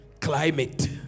climate